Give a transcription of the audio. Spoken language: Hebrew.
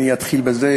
אני אתחיל בזה